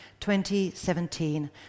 2017